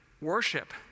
worship